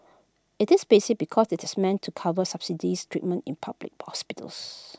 IT is basic because IT is meant to cover subsidised treatment in public hospitals